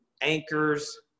anchors